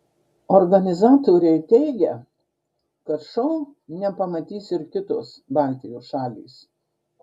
organizatoriai teigia kad šou nepamatys ir kitos baltijos šalys